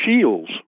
shields